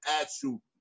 actual